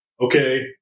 Okay